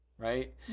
Right